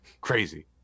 Crazy